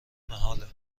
محاله